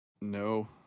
No